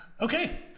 Okay